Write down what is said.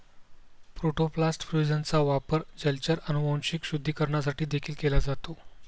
protoplast फ्यूजनचा वापर जलचर अनुवांशिक शुद्धीकरणासाठी देखील केला जातो